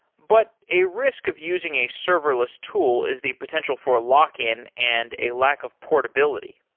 but a risk of using a serverless tool is the potential for a lock-in and a lack of portability.